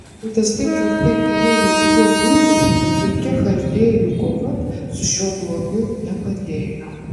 išvietės taip tvirtai įėjo į buitį kad jokia chaldėjų kova su šiuo blogiu nepadėjo